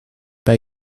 pas